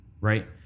right